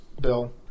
bill